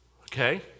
okay